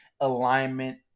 alignment